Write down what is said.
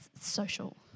social